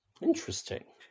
Interesting